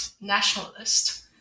Nationalist